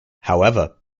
however